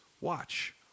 watch